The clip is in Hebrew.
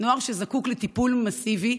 נוער שזקוק לטיפול מסיבי,